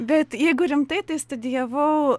bet jeigu rimtai tai studijavau